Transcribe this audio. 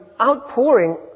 outpouring